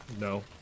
No